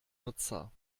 nutzer